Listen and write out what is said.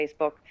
facebook